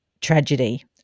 tragedy